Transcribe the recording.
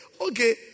Okay